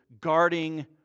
guarding